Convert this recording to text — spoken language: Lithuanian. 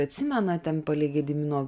atsimena ten palei gedimino